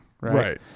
right